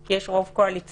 כי יש רוב קואליציוני,